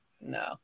no